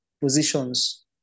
positions